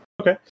Okay